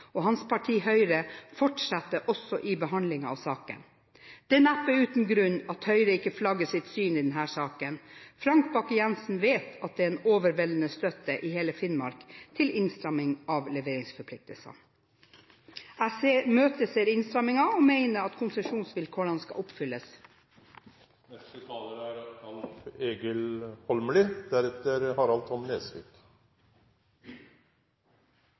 og hans parti, Høyre, fortsetter også i behandlingen av denne saken. Det er neppe uten grunn at Høyre ikke flagger sitt syn i denne saken. Frank Bakke-Jensen vet at det er en overveldende støtte i hele Finnmark til innstramming av leveringsforpliktelsene. Jeg imøteser innstrammingen og mener at konsesjonsvilkårene skal oppfylles. Vi i SV er